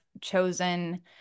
chosen